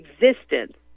existence